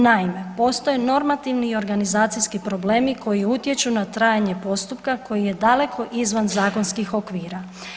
Naime, postoje normativni i organizacijski problemi koji utječu na trajanje postupka koji je daleko izvan zakonskih okvira.